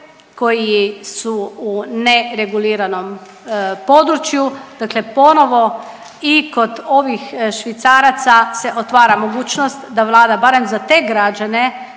koji su u nereguliranom području, dakle ponovo i kod ovih švicaraca se otvara mogućnost da Vlada barem za te građane